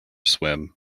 swim